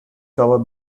cover